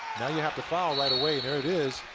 now you have to foul right away. there it is.